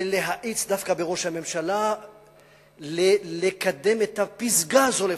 ולהאיץ דווקא בראש הממשלה לקדם את הפסגה הזאת לפחות.